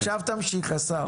עכשיו תמשיך, השר.